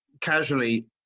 casually